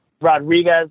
Rodriguez